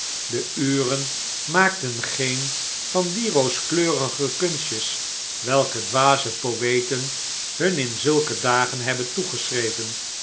de uren maakten geen van die rooskleurige kunstjes welke dwa ze poeten hun in zulke dagen hebben